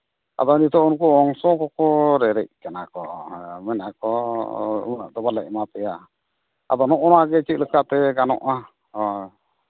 ᱟᱫᱚ ᱱᱤᱛᱳᱜ ᱩᱱᱠᱩ ᱚᱝᱥᱚ ᱠᱚᱠᱚ ᱨᱮᱨᱮᱡ ᱠᱟᱱᱟ ᱠᱚ ᱦᱮᱸ ᱢᱮᱱᱮᱜᱼᱟ ᱠᱚ ᱩᱱᱟᱹᱜ ᱫᱚ ᱵᱟᱞᱮ ᱮᱢᱟᱯᱮᱭᱟ ᱟᱫᱚ ᱱᱚᱜᱼᱚᱸᱭ ᱱᱚᱣᱟ ᱜᱮ ᱪᱮᱫᱞᱮᱠᱟᱛᱮ ᱜᱟᱱᱚᱜᱼᱟ ᱦᱳᱭ